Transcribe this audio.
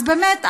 אז באמת,